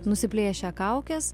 nusiplėšę kaukes